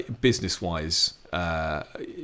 business-wise